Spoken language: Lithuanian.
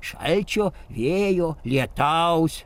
šalčio vėjo lietaus